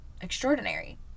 extraordinary